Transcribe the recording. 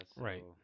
Right